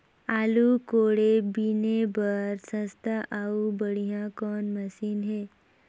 आलू कोड़े बीने बर सस्ता अउ बढ़िया कौन मशीन हे?